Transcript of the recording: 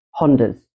Hondas